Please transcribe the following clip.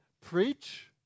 preach